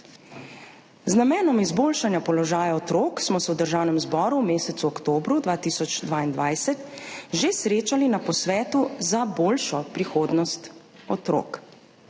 Z namenom izboljšanja položaja otrok smo se v Državnem zboru v mesecu oktobru 2022 že srečali na posvetu Za boljšo prihodnostotrok.